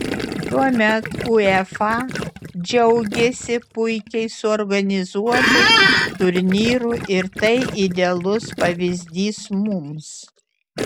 tuomet uefa džiaugėsi puikiai suorganizuotu turnyru ir tai idealus pavyzdys mums